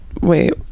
wait